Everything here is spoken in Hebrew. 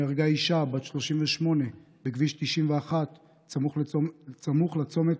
נהרגה אישה בת 38 בכביש 91 סמוך לצומת,